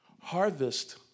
Harvest